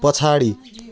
पछाडि